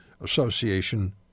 association